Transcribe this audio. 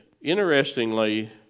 interestingly